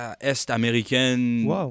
est-américaine